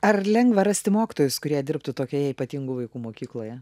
ar lengva rasti mokytojus kurie dirbtų tokioje ypatingų vaikų mokykloje